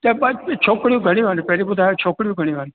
त पछ बि छोकिरियूं घणी आहिनि पहिरीं ॿुधायो छोकिरियूं घणियूं आहिनि